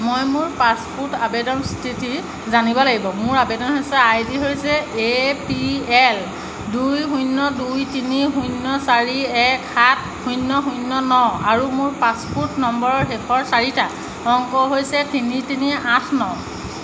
মই মোৰ পাছপোৰ্ট আবেদন স্থিতি জানিব লাগিব মোৰ আবেদন হৈছে আইডি হৈছে এ পি এল দুই শূন্য দুই তিনি শূন্য চাৰি এক সাত শূন্য শূন্য ন আৰু মোৰ পাছপোৰ্ট নম্বৰৰ শেষৰ চাৰিটা অংক হৈছে তিনি তিনি আঠ ন